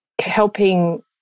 helping